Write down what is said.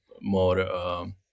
more